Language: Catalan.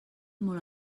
molt